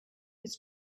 was